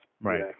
right